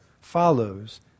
follows